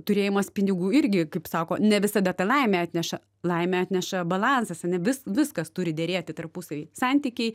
turėjimas pinigų irgi kaip sako ne visada tą laimę atneša laimę atneša balansas ane vis viskas turi derėti tarpusavy santykiai